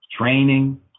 training